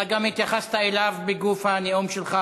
אתה גם התייחסת אליו בגוף הנאום שלך,